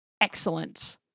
excellent